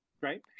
Right